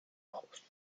ojos